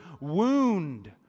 wound